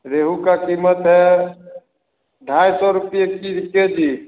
रेवु का कीमत है ढाई सौ रुपये पीस दे दी